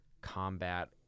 combat